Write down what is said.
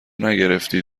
نگرفتی